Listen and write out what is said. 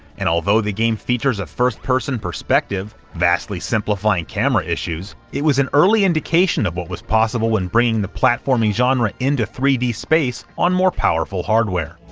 and although the game features a first-person perspective, vastly simplifying camera issues, it was an early indication of what was possible when bringing the platforming genre into three d space on more powerful hardware.